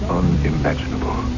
unimaginable